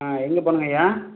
ஆ எங்கே போகணுங்கய்யா